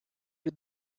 did